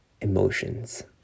emotions